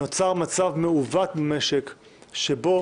נוצר מצב מעוות במשק שבו